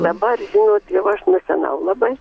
dabar dievaž sena labai